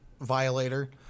violator